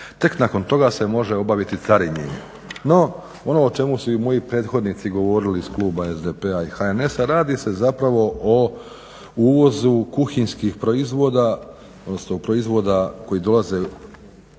Tek nakon toga se može obaviti carinjenje. No, ono o čemu su moji prethodnici govorili iz kluba SDP-a i HNS-a, radi se zapravo o uvozu kuhinjskih proizvoda, odnosno proizvoda koji dolaze u